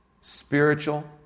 spiritual